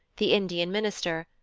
the indian minister,